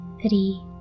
three